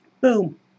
Boom